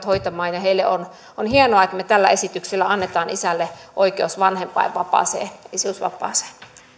hoitamaan ja on on hienoa että me tällä esityksellä annamme isälle oikeuden vanhempainvapaaseen ja isyysvapaaseen